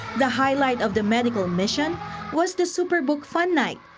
the highlight of the medical mission was the superbook fun night,